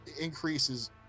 increases